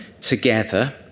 together